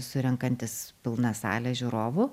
surenkantis pilną salę žiūrovų